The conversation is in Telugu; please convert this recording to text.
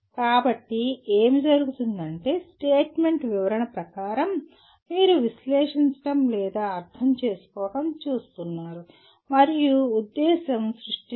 కాబట్టి ఏమి జరుగుతుందంటే స్టేట్మెంట్ వివరణ ప్రకారం మీరు విశ్లేషించడం లేదా అర్థం చేసుకోవడం చూస్తున్నారు మరియు ఉద్దేశ్యం సృష్టించడం